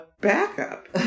backup